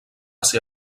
ser